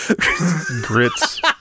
grits